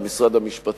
של משרד המשפטים,